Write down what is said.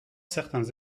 certains